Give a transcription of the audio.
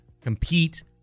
compete